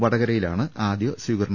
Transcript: വടകരയിലാണ് ആദ്യ സ്വീകരണം